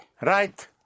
Right